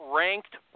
ranked